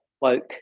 woke